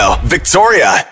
Victoria